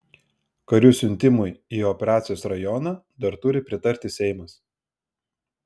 karių siuntimui į operacijos rajoną dar turi pritarti seimas